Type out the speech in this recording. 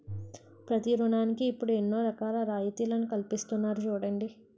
ప్రతి ఋణానికి ఇప్పుడు ఎన్నో రకాల రాయితీలను కల్పిస్తున్నారు చూడండి